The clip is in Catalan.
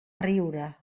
riure